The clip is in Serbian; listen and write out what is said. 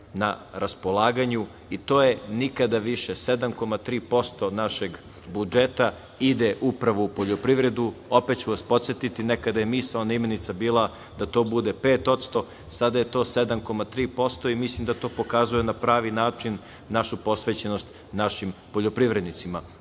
na raspolaganju i to je nikada više, 7,3% našeg budžeta ide upravo u poljoprivredu. Opet ću vas podsetiti, nekada je misaona imenica bila da to bude 5%, sada je to 7,3% i mislim da to pokazuje na pravi način našu posvećenost našim poljoprivrednicima. Drugo,